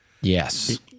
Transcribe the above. Yes